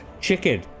Chicken